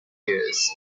ears